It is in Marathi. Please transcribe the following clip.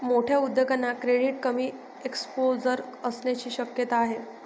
मोठ्या उद्योगांना क्रेडिटचे कमी एक्सपोजर असण्याची शक्यता आहे